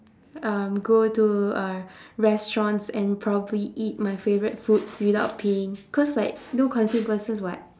um go to uh restaurants and probably eat my favourite foods without paying because like no consequences [what]